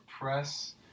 Press